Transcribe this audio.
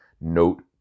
note